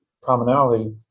commonality